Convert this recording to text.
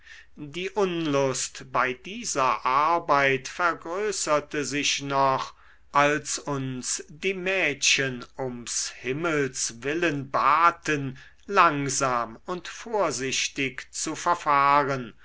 die unlust bei dieser arbeit vergrößerte sich noch als uns die mädchen ums himmelswillen baten langsam und vorsichtig zu verfahren